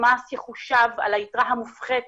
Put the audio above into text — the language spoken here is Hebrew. שהמס יחושב על היתרה המופחתת